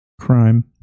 crime